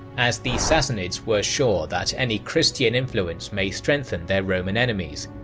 as the sassanids were sure that any christian influence may strengthen their roman enemies,